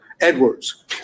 edwards